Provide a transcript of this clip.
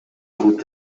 кылып